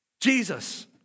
Jesus